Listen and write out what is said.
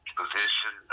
position